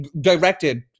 directed